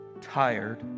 tired